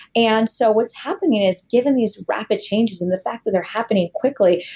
and so what's happening is, given these rapid changes and the fact that they're happening quickly,